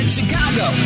Chicago